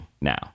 now